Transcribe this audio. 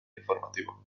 informativo